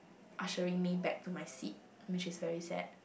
ushering me back to my seat which is very sad